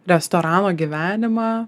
restorano gyvenimą